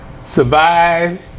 survive